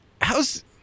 how's